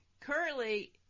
Currently